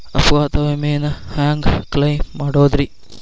ಅಪಘಾತ ವಿಮೆನ ಹ್ಯಾಂಗ್ ಕ್ಲೈಂ ಮಾಡೋದ್ರಿ?